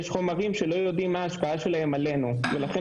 יש חומרים שלא יודעים מה ההשפעה שלהם עלינו ולכן